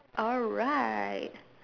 alright